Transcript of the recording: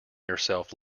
yourself